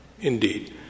Indeed